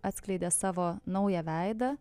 atskleidė savo naują veidą